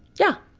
yeah,